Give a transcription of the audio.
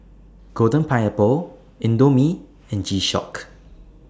Golden Pineapple Indomie and G Shock